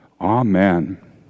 Amen